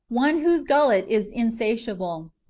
one whose gullet is insatiable.